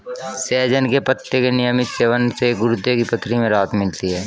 सहजन के पत्ते के नियमित सेवन से गुर्दे की पथरी में राहत मिलती है